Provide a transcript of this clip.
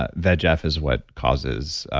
ah vegf is what causes